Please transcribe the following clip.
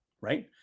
right